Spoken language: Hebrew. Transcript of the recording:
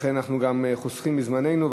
לכן אנחנו חוסכים בזמננו.